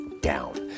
down